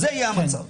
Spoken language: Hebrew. זה יהיה המצב.